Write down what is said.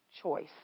choice